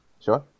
Sure